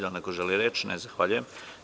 Da li neko želi reč? (Ne) Zahvaljujem.